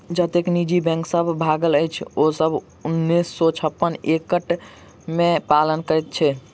जतेक निजी बैंक सब भागल अछि, ओ सब उन्नैस सौ छप्पन एक्ट के पालन करैत छल